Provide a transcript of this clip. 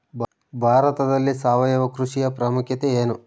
ಭಾರತದಲ್ಲಿ ಸಾವಯವ ಕೃಷಿಯ ಪ್ರಾಮುಖ್ಯತೆ ಎನು?